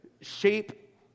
shape